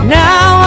now